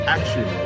Action